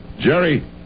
Jerry